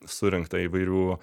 surinkta įvairių